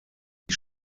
die